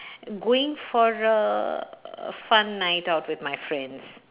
going for a a fun night out with my friends